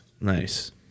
Nice